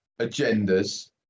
agendas